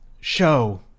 show